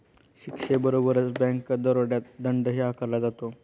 शिक्षेबरोबरच बँक दरोड्यात दंडही आकारला जातो